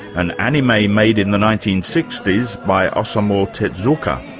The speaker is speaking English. an anime made in the nineteen sixty s by osamu tezuka,